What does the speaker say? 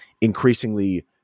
increasingly